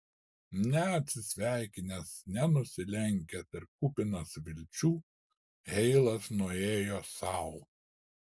neatsisveikinęs nenusilenkęs ir kupinas vilčių heilas nuėjo sau